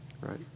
Right